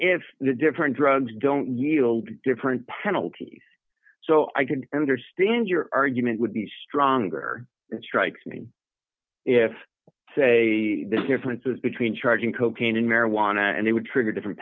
if the different drugs don't yield different penalties so i could understand your argument would be stronger it strikes me if say the differences between charging cocaine and marijuana and they would trigger different